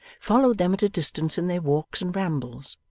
followed them at a distance in their walks and rambles,